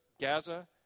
Gaza